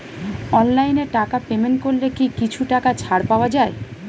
অনলাইনে টাকা পেমেন্ট করলে কি কিছু টাকা ছাড় পাওয়া যায়?